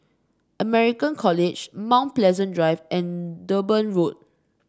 American College Mount Pleasant Drive and Durban Road